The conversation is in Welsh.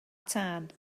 tân